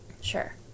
Sure